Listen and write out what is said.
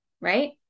right